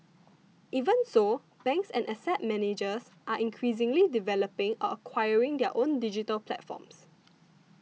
even so banks and asset managers are increasingly developing or acquiring their own digital platforms